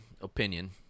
opinion